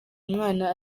mwana